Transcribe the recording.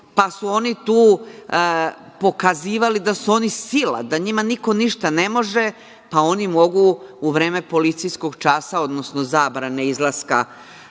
pa su oni tu pokazivali da su oni sila, da njima niko ništa ne može, pa oni mogu u vreme policijskog časa, odnosno zabrane izlaska